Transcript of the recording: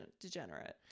degenerate